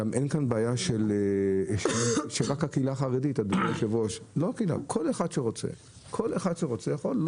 בעיה רק של הקהילה החרדית, כל אחד שרוצה יכול.